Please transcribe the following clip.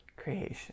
creation